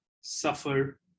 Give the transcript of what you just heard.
suffer